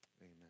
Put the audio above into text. amen